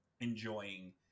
enjoying